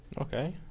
Okay